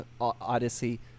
Odyssey